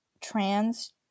trans